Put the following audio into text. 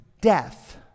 death